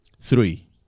Three